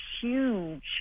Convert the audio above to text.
huge